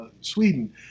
Sweden